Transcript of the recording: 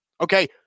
Okay